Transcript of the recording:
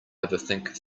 overthink